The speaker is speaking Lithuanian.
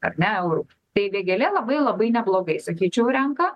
ar ne eurų tai vėgėlė labai labai neblogai sakyčiau renka